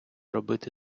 робити